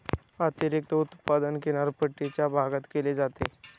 अतिरिक्त उत्पादन किनारपट्टीच्या भागात केले जाते